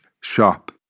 shop